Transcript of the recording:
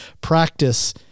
practice